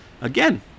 again